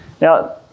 Now